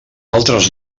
altres